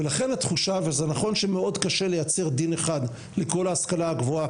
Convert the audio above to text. זה נכון שמאוד קשה לייצר דין אחד לכל ההשכלה הגבוהה,